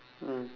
mm